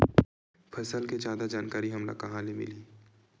फसल के जादा जानकारी हमला कहां ले मिलही?